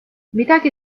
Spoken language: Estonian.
midagi